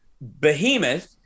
behemoth